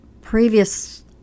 previous